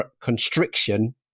constriction